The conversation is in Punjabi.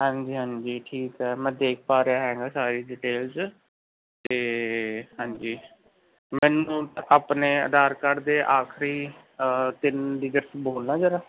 ਹਾਂਜੀ ਹਾਂਜੀ ਠੀਕ ਹੈ ਮੈਂ ਦੇਖ ਪਾ ਰਿਹਾ ਹੈਗਾ ਸਾਰੀ ਡਿਟੇਲਜ਼ ਅਤੇ ਹਾਂਜੀ ਮੈਨੂੰ ਆਪਣੇ ਆਧਾਰ ਕਾਰਡ ਦੇ ਆਖਰੀ ਤਿੰਨ ਡੀਜਿਟ ਬੋਲਣਾ ਜਰਾ